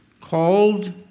called